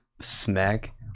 smack